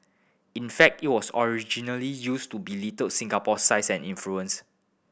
in fact it was originally used to belittle Singapore's size and influence